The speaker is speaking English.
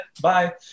Bye